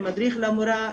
עם מדריך למורה,